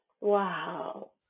Wow